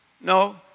no